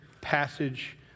passage